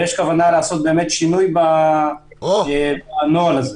יש כוונה לעשות שינוי בנוהל הזה.